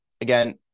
again